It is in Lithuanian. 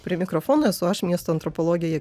prie mikrofono esu aš miesto antropologė je